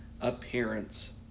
appearance